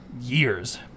years